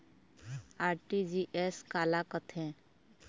RTGS काला कथें?